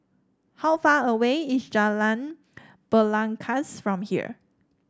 how far away is Jalan Belangkas from here